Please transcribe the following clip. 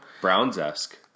Browns-esque